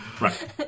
Right